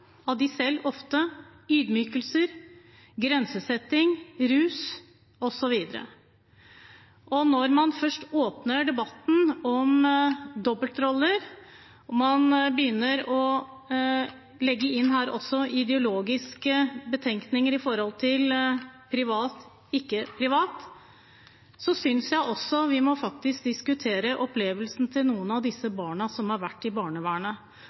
selv – ydmykelser, grensesetting, rus osv. Når man først åpner debatten om dobbeltroller, og man også her begynner å legge inn ideologiske betenkninger med hensyn til privat/ikke-privat, synes jeg vi faktisk må diskutere opplevelsen til noen av disse barna som har vært i barnevernet.